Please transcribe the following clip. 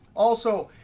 also,